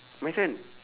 my turn